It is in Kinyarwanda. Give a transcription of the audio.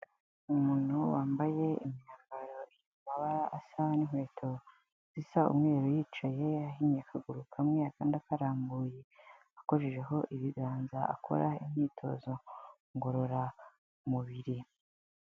Umuntu wambaye imyambaro ifite amabara asa n'inkweto zisa umweru, yicaye ahinnye akaguru kamwe akandi akarambuye akojejeho ibiganza akora imyitozo ngororamubiri.